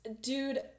dude